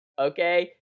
Okay